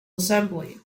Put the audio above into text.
assembly